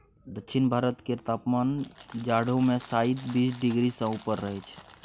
दक्षिण भारत केर तापमान जाढ़ो मे शाइत बीस डिग्री सँ ऊपर रहइ छै